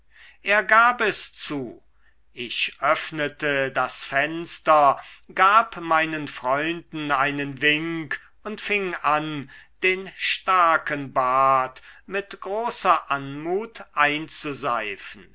er gab es zu ich öffnete das fenster gab meinen freunden einen wink und fing an den starken bart mit großer anmut einzuseifen